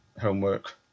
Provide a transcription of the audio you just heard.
homework